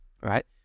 right